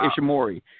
Ishimori